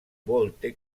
volte